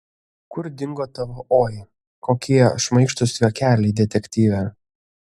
kur dingo tavo oi kokie šmaikštūs juokeliai detektyve